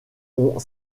ont